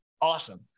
awesome